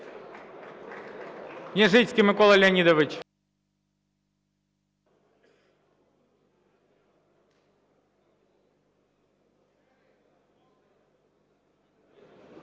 Княжицький Микола Леонідович.